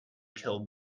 killed